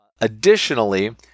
Additionally